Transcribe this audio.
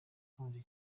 akonje